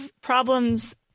problems